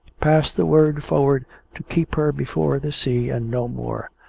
pass the word forward to keep her before the sea, and no more.